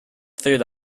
through